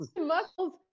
muscles